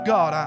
God